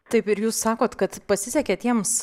taip ir jūs sakot kad pasisekė tiems